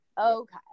okay